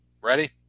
Ready